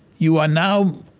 you are now